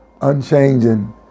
unchanging